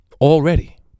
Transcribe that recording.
already